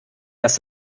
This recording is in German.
dass